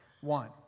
one